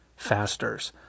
fasters